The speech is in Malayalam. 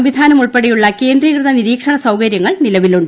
സംവിധാനം ഉൾപ്പെടെയുള്ള കേന്ദ്രീകൃത നിരീക്ഷണ സൌകരൃങ്ങൾ നിലവിലുണ്ട്